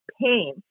pain